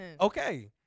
Okay